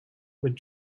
with